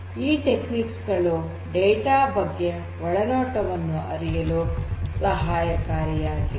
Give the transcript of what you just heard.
ಈ ತಂತ್ರಗಳು ಡೇಟಾ ಬಗ್ಗೆ ಒಳನೋಟವನ್ನು ಅರಿಯಲು ಸಹಾಯಕಾರಿಯಾಗಿವೆ